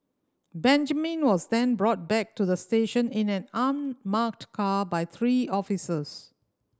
Benjamin was then brought back to the station in an unmarked car by three officers